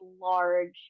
large